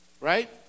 right